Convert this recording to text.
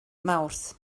mawrth